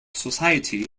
society